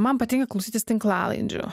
man patinka klausytis tinklalaidžių